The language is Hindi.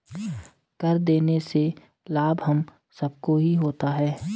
कर देने से लाभ हम सबको ही होता है